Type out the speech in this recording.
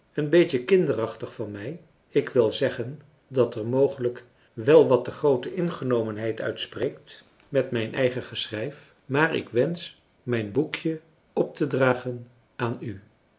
een beetje kinderachtig van mij ik wil zeggen dat er mogelijk wel wat te groote ingenomenheid uit spreekt met mijn eigen geschrijf maar ik wensch mijn boekje op te dragen aan u